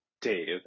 Dave